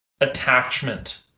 attachment